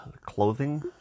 clothing